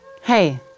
Hey